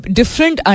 different